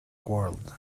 world